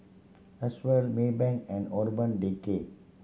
Acwell Maybank and Urban Decay